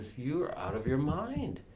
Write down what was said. you are out of your mind.